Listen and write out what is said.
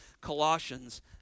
Colossians